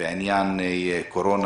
בעניין קורונה